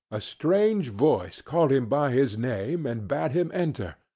a strange voice called him by his name, and bade him enter.